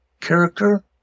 character